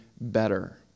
better